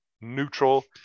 neutral